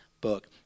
book